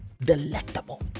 delectable